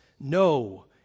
no